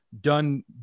done